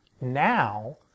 now